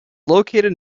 located